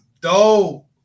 dope